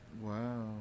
Wow